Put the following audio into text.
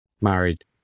married